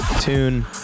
tune